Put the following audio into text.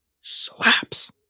slaps